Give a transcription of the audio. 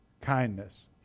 Kindness